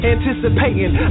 Anticipating